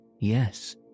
yes